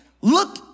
look